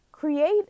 Create